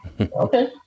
Okay